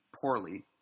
poorly